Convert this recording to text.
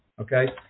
okay